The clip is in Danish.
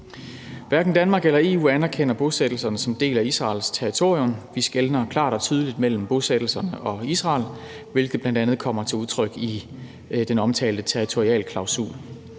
Hverken Danmark eller EU anerkender bosættelserne som en del af Israels territorium. Vi skelner klart og tydeligt mellem bosættelserne og Israel, hvilket bl.a. kommer til udtryk i den omtalte territorialklausul.